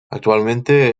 actualmente